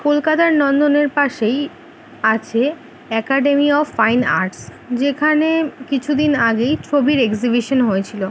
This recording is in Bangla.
কলকাতার নন্দনের পাশেই আছে অ্যাকাডেমি অফ ফাইন আর্টস যেখানে কিছু দিন আগেই ছবির এক্সিবিশন হয়েছিলো